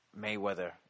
Mayweather